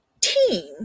team